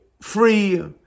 free